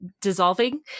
dissolving